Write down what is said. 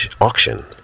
auction